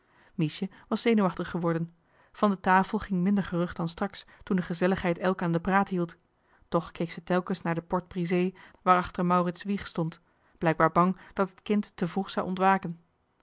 miesje was zenuwachtig geworden van de tafel ging minder gerucht dan straks toen de gezelligheid elk aan den praat hield toch keek ze telkens naar de porte brisée waarachter maurits wieg stond blijkbaar bang dat het kind te vroeg zou ontwaken